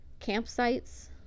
campsites